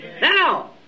Now